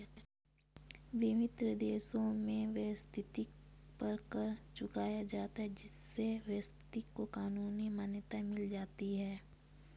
विभिन्न देशों में वेश्यावृत्ति पर कर चुकाया जाता है जिससे वेश्यावृत्ति को कानूनी मान्यता मिल जाती है